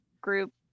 group